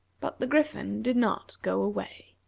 but the griffin did not go away.